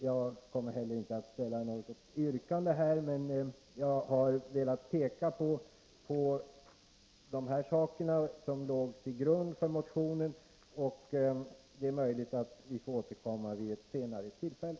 Jag kommer inte heller att framställa något yrkande, men jag har velat peka på de omständigheter som låg till grund för motionen. Det är möjligt att vi får återkomma vid ett senare tillfälle.